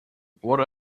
what